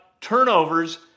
Turnovers